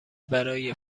برای